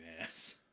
ass